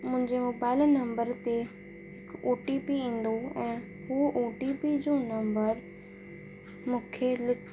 मुंहिंजे mobile number ते O T P ईंदो ऐं हो ओ टी पी जो नंबर मूंखे लि